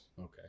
Okay